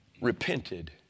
repented